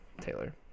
Taylor